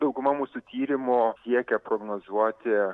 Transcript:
dauguma mūsų tyrimų siekia prognozuoti